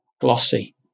glossy